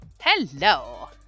Hello